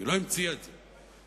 לא המציאה את זה.